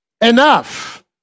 enough